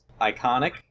iconic